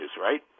right